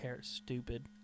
stupid